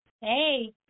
Hey